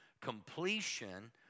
completion